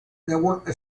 network